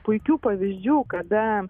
puikių pavyzdžių kada